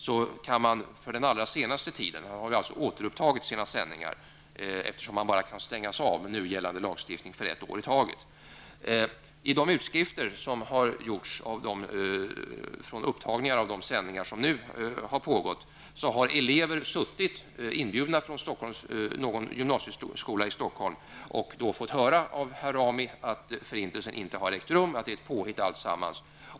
Eftersom man med nu gällande lagstiftning bara kan avstängas ett år i taget har han alltså återupptagit sina sändningar. I de utskrifter som har gjorts från upptagningar av de sändningar som har pågått under den senaste tiden framgår att elever inbjudna från någon gymnasieskola i Stockholm har fått höra av herr Rami att förintelsen inte har ägt rum, att det är ett påhitt alltsammans.